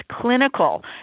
clinical